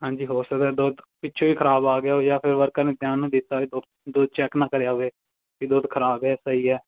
ਹਾਂਜੀ ਹੋ ਸਕਦਾ ਦੁੱਧ ਪਿੱਛੋਂ ਹੀ ਖਰਾਬ ਆ ਗਿਆ ਹੋਵੇ ਜਾਂ ਫਿਰ ਵਰਕਰ ਨੇ ਧਿਆਨ ਨਾ ਦਿੱਤਾ ਹੋਏ ਦੁ ਦੁੱਧ ਚੈੱਕ ਨਾ ਕਰਿਆ ਹੋਵੇ ਵੀ ਦੁੱਧ ਖਰਾਬ ਹੈ ਜਾਂ ਸਹੀ ਹੈ